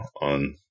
on